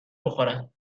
بخورن